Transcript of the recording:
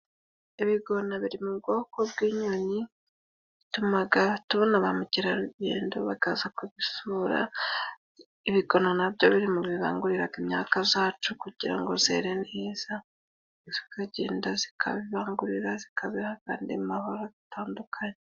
Ibigona biri mu bwoko bw'inyoni bitumaga tubona ba mukerarugendo bakaza kubisura; ibigona na byo biri mu bibanguriraga imyaka zacu kugira ngo zere neza zikagenda zikabibangurira zikabiha kandi amabara atandukanye.